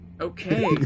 Okay